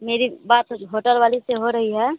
मेरी बात उस होटल वाली से हो रही है